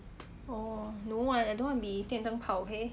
oh no I don't wanna be 电灯泡 okay